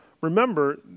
remember